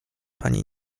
pani